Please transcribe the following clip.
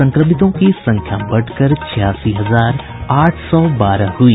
संक्रमितों की संख्या बढ़कर छियासी हजार आठ सौ बारह हुई